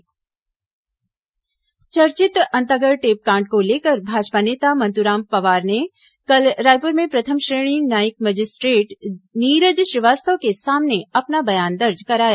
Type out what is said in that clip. अंतागढ़ उप चुनाव चर्चित अंतागढ़ टेपकांड को लेकर भाजपा नेता मंत्राम पवार ने कल रायपुर में प्रथम श्रेणी न्यायिक मजिस्ट्रेट नीरज श्रीवास्तव के सामने अपना बयान दर्ज कराया